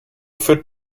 für